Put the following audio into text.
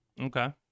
Okay